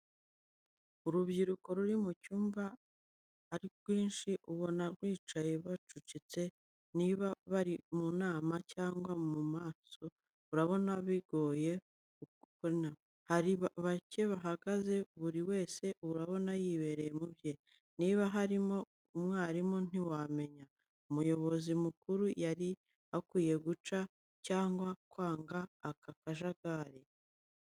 Urubyiruko ruri mu cyumba ari rwinshi, ubona bicaye bacucitse. Niba bari mu nama cyangwa mu masomo urabona bigoye gukurikira neza. Hari bake bahagaze buri wese ubona yibereye mu bye. Niba harimo n'umwarimu ntiwamumenya. Umuyobozi mukuru yari akwiye guca, cyangwa kwanga aka kajagari.